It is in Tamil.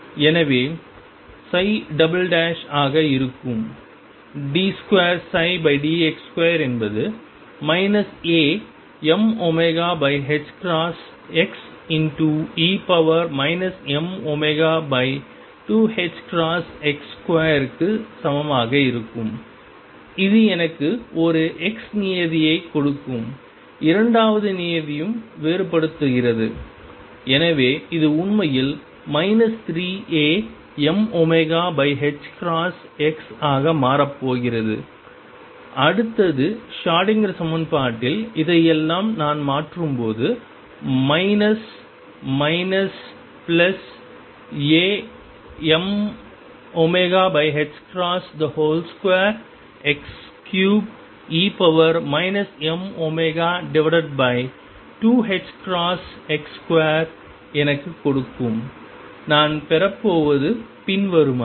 எனவே ψ ஆக இருக்கும் d2dx2என்பது Amωxe mω2ℏx2 க்கு சமமாக இருக்கும் இது எனக்கு ஒரு x நியதியை கொடுக்கும் இரண்டாவது நியதியும் வேறுபடுத்துகிறது எனவே இது உண்மையில் 3Amωx ஆக மாறப் போகிறது அடுத்தது ஷ்ரோடிங்கர் சமன்பாட்டில் இதையெல்லாம் நான் மாற்றும்போது minus minus plus Amω2x3e mω2ℏx2 எனக்குக் கொடுக்கும் நான் பெறப்போவது பின்வருமாறு